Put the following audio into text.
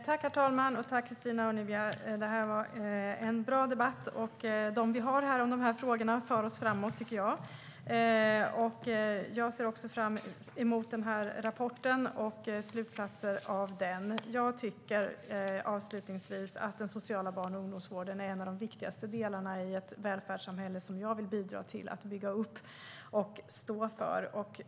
Herr talman! Tack, Christina Örnebjär! Det har varit en bra debatt om de här frågorna som för oss framåt. Jag ser också fram emot rapporten och slutsatser av den. Jag tycker avslutningsvis att den sociala barn och ungdomsvården är en av de viktigaste delarna i det välfärdssamhälle som jag vill bidra till att bygga upp och stå för.